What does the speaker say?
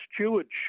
stewardship